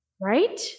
right